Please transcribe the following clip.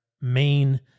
main